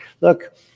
Look